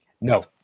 No